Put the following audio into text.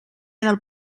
del